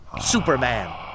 Superman